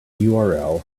url